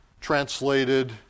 translated